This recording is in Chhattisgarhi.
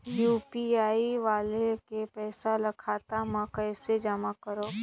यू.पी.आई वालेट के पईसा ल खाता मे कइसे जमा करव?